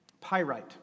pyrite